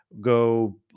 go